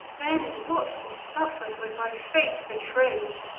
then, what he suffer'd, when by fate betray'd!